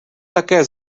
také